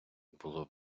було